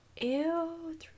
Ew